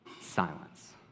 Silence